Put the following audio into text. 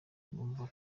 numva